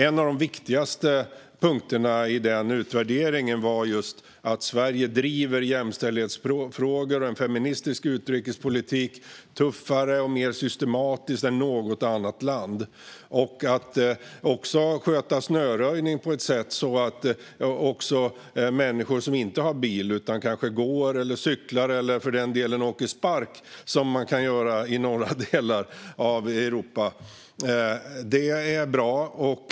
En av de viktigaste punkterna i utvärderingen var just att Sverige driver jämställdhetsfrågor och en feministisk utrikespolitik tuffare och mer systematiskt än något annat land. Att sköta snöröjning på ett sätt så att också människor som inte har bil utan kanske går, cyklar eller för den delen åker spark, vilket man kan göra i norra delen av Europa, är bra.